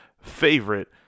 favorite